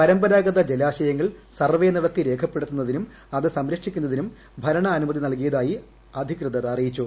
പരമ്പരാഗത ജലാശയങ്ങൾ സർവ്വേ നടത്തി രേഖപ്പെടുത്തുന്നതിനും അത് സംരക്ഷിക്കുന്നതിനും ഭരണാനുമതി നൽകിയതായി അധികൃതർ അറിയിച്ചു